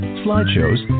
slideshows